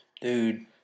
Dude